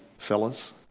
Fellas